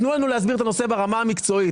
תנו לנו להסביר את הנושא ברמה המקצועית.